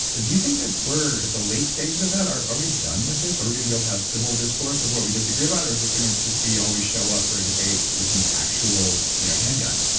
do you think that we're at the late stages of that? are we done with this or we're going to be able to have civil discourse of what we disagree about or is it going to just be always show up for a debate with an actual you know handgun?